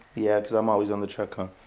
yeah cause i'm always on the truck, huh?